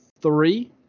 three